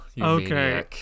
Okay